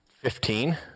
Fifteen